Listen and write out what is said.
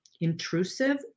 intrusive